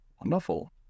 wonderful